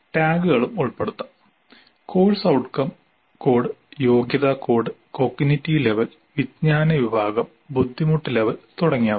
ടാഗുകളും ഉൾപ്പെടുത്താം course outcome code യോഗ്യതാ code cognitive level വിജ്ഞാന വിഭാഗം ബുദ്ധിമുട്ട് ലെവൽ തുടങ്ങിയവ